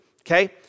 okay